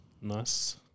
Nice